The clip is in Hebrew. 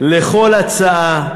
לכל הצעה,